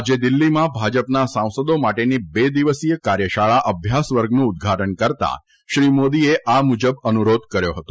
આજે દિલ્હીમાં ભાજપના સાંસદો માટેની બે દિવસીય કાર્યશાળા અભ્યાસવર્ગનું ઉદઘાટન કરતાં શ્રી મોદીએ આ મુજબ અનુરોધ કર્યો હતો